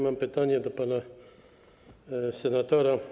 Mam pytanie do pana senatora.